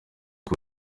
uru